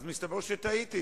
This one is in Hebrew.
אז מסתבר שטעיתי.